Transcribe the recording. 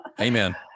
amen